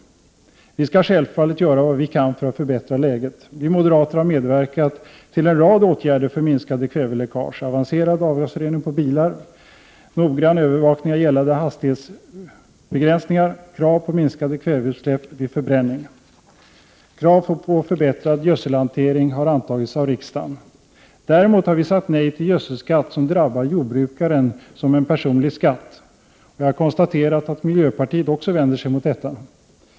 Vi skall självfallet göra vad vi kan för att förbättra läget. Vi moderater har medverkat till en rad åtgärder för minskande kväveläckage: avancerad avgasrening på bilar, noggrann övervakning av gällande hastighetsbegränsningar och krav på minskade kväveutsläpp vid förbränning. Krav på förbättrad gödselhantering har antagits av riksdagen. Däremot har vi sagt nej till gödselskatt som drabbar jordbrukaren som en personlig skatt. Jag har konstaterat att miljöpartiet också vänder sig mot detta.